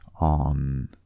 on